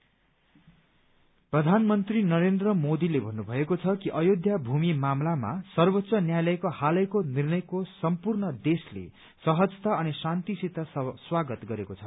मन की बात प्रधानमन्त्री नरेन्द्र मोदीले भन्नुभएको छ कि अयोध्या भूमि मामलामा सर्वोच्च न्यायालयको हालैको निर्णयको सम्पूर्ण देशले सहजता अनि शान्तिले स्वागत गरेको छ